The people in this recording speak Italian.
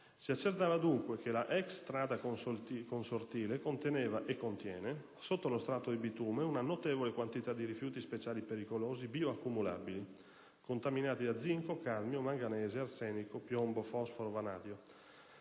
Si accertava, dunque, che la ex strada consortile conteneva e contiene, sotto lo strato di bitume, una notevole quantità di rifiuti speciali pericolosi bioaccumulabili (contaminati da zinco, cadmio, manganese, arsenico, piombo, fosforo, vanadio),